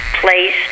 place